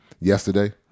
yesterday